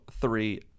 three